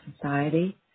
society